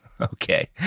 Okay